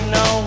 no